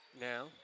now